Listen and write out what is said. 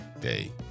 day